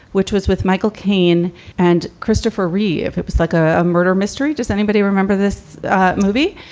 which was with michael caine and christopher reeve. it was like a murder mystery. does anybody remember this movie?